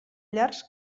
llargs